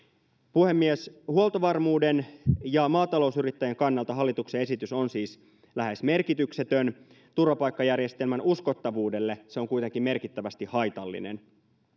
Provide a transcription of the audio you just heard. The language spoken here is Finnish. puhemies huoltovarmuuden ja maatalousyrittäjien kannalta hallituksen esitys on siis lähes merkityksetön turvapaikkajärjestelmän uskottavuudelle se on kuitenkin merkittävästi haitallinen